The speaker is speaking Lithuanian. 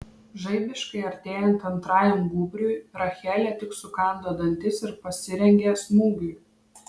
žaibiškai artėjant antrajam gūbriui rachelė tik sukando dantis ir pasirengė smūgiui